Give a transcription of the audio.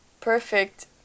perfect